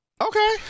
okay